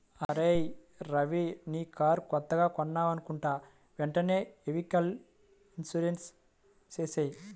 అరేయ్ రవీ నీ కారు కొత్తగా కొన్నావనుకుంటా వెంటనే వెహికల్ ఇన్సూరెన్సు చేసేయ్